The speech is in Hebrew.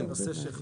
בבקשה.